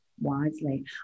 wisely